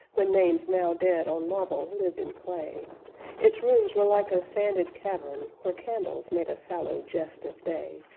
when names now dead on marble lived in clay its rooms were like a sanded cavern, where candles made a sallow jest of day,